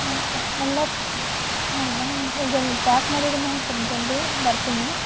ಹ್ಞೂ ತ ಎಲ್ಲ ಹೌದಾ ಇದೆಲ್ಲ ಪ್ಯಾಕ್ ಮಾಡಿ ಇಡಿ ಮ್ಯಾಮ್ ಸ್ವಲ್ಪ ಜಲ್ದಿ ಬರ್ತೀನಿ